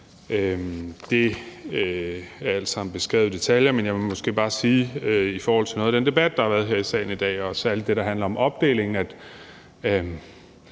Det er alt sammen beskrevet i detaljer, men jeg vil bare sige i forhold til noget af den debat, der har været her i salen i dag, og som handler om opdeling af